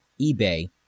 eBay